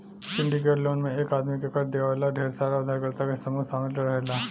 syndicate loan में एक आदमी के कर्जा दिवावे ला ढेर सारा उधारकर्ता के समूह शामिल रहेला